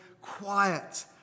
quiet